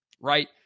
right